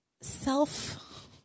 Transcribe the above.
self